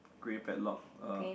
grey padlock uh